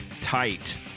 tight